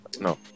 No